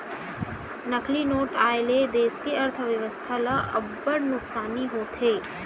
नकली नोट आए ले देस के अर्थबेवस्था ल अब्बड़ नुकसानी होथे